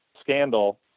scandal